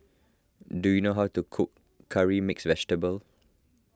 do you know how to cook Curry Mixed Vegetable